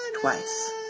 twice